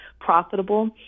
profitable